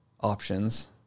options